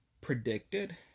predicted